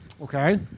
Okay